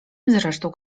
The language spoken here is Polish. zresztą